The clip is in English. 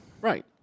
Right